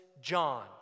John